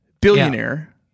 billionaire